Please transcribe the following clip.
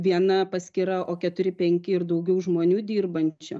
viena paskyra o keturi penki ir daugiau žmonių dirbančių